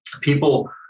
People